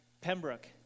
Pembroke